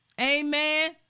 Amen